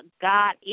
God